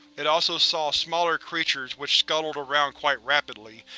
it also saw smaller creatures which scuttled around quite rapidly,